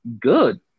good